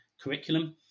curriculum